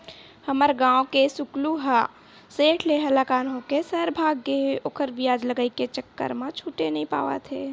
हमर गांव के सुकलू ह सेठ ले हलाकान होके सहर भाग गे हे ओखर बियाज लगई के चक्कर म छूटे नइ पावत हे